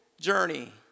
journey